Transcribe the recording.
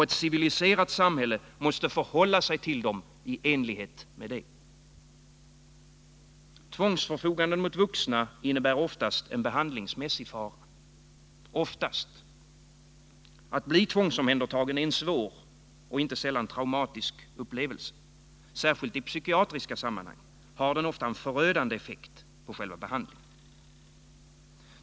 Ett civiliserat samhälle måste förhålla sig till dem i enlighet därmed. Tvångsförfoganden mot vuxna människor innebär oftast en behandlingsmässig fara. Att bli tvångsomhändertagen är en svår och inte sällan traumatisk upplevelse. Särskilt i psykiatriska sammanhang har den ofta en förödande effekt på själva behandlingen.